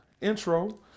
intro